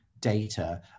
data